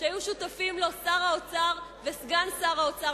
שהיו שותפים לו שר האוצר וסגן שר האוצר.